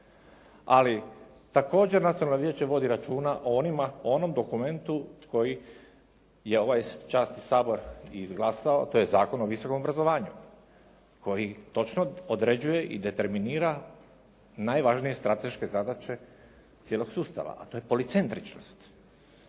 Ali također nacionalno vodi računa o onom dokumentu koji je ovaj časni Sabor i izglasao, to je Zakon o visokom obrazovanju koji točno određuje i determinira najvažnije strateške zadaće cijelog sustava, a to je policendričnost